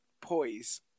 poise